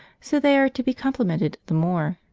so they are to be complimented the more.